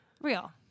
Real